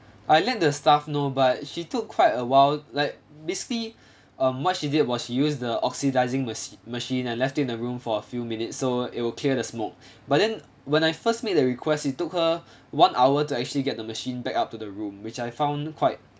I let the staff know but she took quite a while like basically um what she did was she use the oxidizing machi~ machine and left in the room for a few minutes so it will clear the smoke but then when I first make the request it took her one hour to actually get the machine back up to the room which I found quite